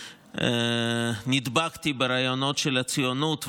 ונדבקתי ברעיונות של ציונות,